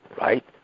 right